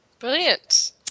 Brilliant